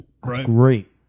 Great